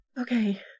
Okay